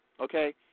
okay